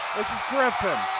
griffin,